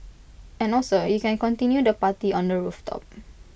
and also you can continue the party on the rooftop